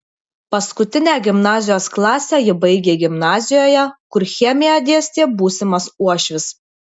paskutinę gimnazijos klasę ji baigė gimnazijoje kur chemiją dėstė būsimas uošvis